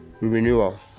renewal